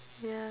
yeah